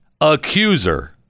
accuser